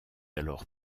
alors